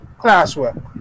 classwork